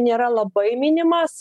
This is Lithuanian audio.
nėra labai minimas